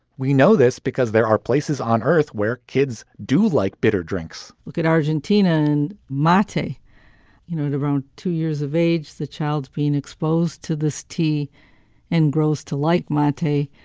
we know this because there are places on earth where kids do like bitter drinks look at argentina and motty you know around two years of age. the child's been exposed to this tea and grows to like my tea.